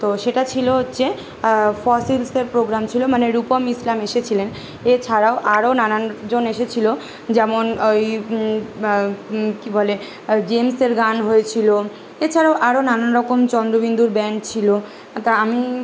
তো সেটা ছিল হচ্ছে ফসিলসের প্রোগ্রাম ছিল মানে রূপম ইসলাম এসেছিলেন এছাড়াও আরও নানানজন এসেছিল যেমন ওই কী বলে জেমসের গান হয়েছিল এছাড়াও আরও নানান রকম চন্দ্রবিন্দুর ব্যান্ড ছিল তা আমি